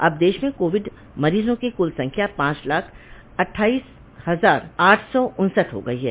अब देश में कोविड मरीजों की कुल संख्या पांच लाख अट्ठाइस हजार आठ सौ उन्सठ हो गई है